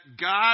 God